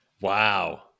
Wow